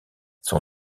son